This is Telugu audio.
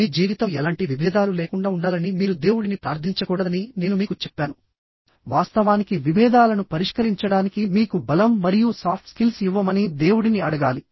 మీ జీవితం ఎలాంటి విభేదాలు లేకుండా ఉండాలని మీరు దేవుడిని ప్రార్థించకూడదని నేను మీకు చెప్పాను వాస్తవానికి విభేదాలను పరిష్కరించడానికి మీకు బలం మరియు సాఫ్ట్ స్కిల్స్ ఇవ్వమని దేవుడిని అడగాలి